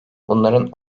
bunların